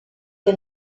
que